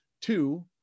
Two